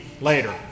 later